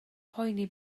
poeni